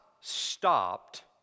stopped